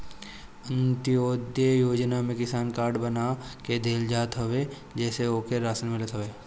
अन्त्योदय योजना में किसान के कार्ड बना के देहल जात हवे जेसे ओके राशन मिलत हवे